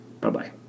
Bye-bye